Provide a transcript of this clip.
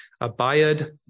Abiad